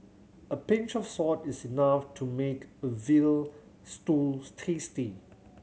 a pinch of salt is enough to make a veal stew tasty